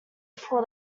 before